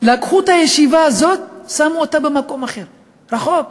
לקחו את הישיבה הזאת ושמו אותה במקום אחר, רחוק.